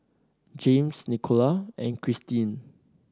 Jaymes Nicola and Christeen